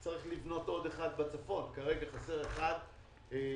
צריך עוד אחד בצפון, כרגע חסר אחד בצפון.